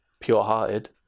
pure-hearted